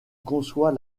conçoit